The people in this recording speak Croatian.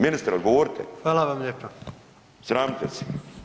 Ministre odgovorite [[Upadica: Hvala vam lijepa]] Sramite se.